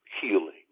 healing